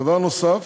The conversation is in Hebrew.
דבר נוסף